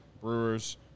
Brewers